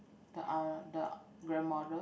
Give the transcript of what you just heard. the the grandmother